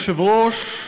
אדוני היושב-ראש,